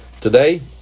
Today